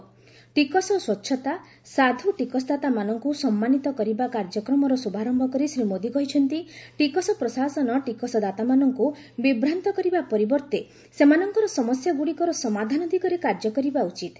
'ଟିକସ ସ୍ୱଚ୍ଛତା ସାଧୁ ଟିକସଦାତାମାନଙ୍କୁ ସମ୍ମାନିତ କରିବା' କାର୍ଯ୍ୟକ୍ରମର ଶୁଭାରମ୍ଭ କରି ଶ୍ରୀ ମୋଦୀ କହିଛନ୍ତି ଟିକସ ପ୍ରଶାସନ ଟିକସଦାତାମାନଙ୍କୁ ବିଭ୍ରାନ୍ତ କରିବା ପରିବର୍ତ୍ତେ ସେମାନଙ୍କର ସମସ୍ୟା ଗୁଡ଼ିକର ସମାଧାନ ଦିଗରେ କାର୍ଯ୍ୟ କରିବା ଉଚିତ୍